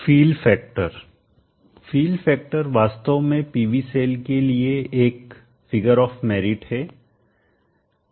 fill factor fill factor वास्तव में PV cell के लिए एक फिगर ऑफ मेरिट है